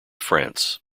france